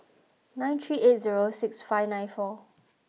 nine three eight zero six five nine four